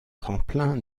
tremplin